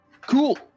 Cool